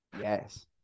Yes